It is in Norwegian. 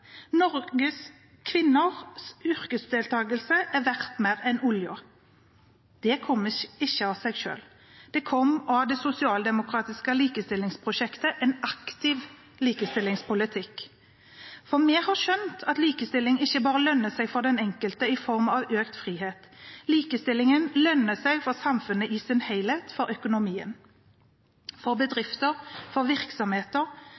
kvinners yrkesdeltakelse er verdt mer enn oljen vår. Det kom ikke av seg selv. Det kom av det sosialdemokratiske likestillingsprosjektet, en aktiv likestillingspolitikk. For vi har skjønt at likestilling ikke bare lønner seg for den enkelte i form av økt frihet – likestilling lønner seg for samfunnet i sin helhet, for økonomien, for